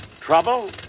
Trouble